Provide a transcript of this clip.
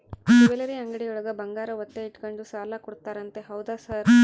Jewellery ಅಂಗಡಿಯೊಳಗ ಬಂಗಾರ ಒತ್ತೆ ಇಟ್ಕೊಂಡು ಸಾಲ ಕೊಡ್ತಾರಂತೆ ಹೌದಾ ಸರ್?